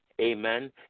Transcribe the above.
Amen